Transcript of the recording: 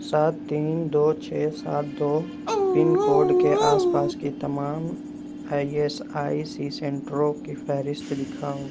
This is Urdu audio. سات تین دو چھ سات دو پن کوڈ کے آس پاس کی تمام آئی ایس آئی سی سینٹروں کی فہرست دکھاؤ